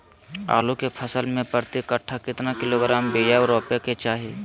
आलू के फसल में प्रति कट्ठा कितना किलोग्राम बिया रोपे के चाहि?